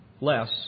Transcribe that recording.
less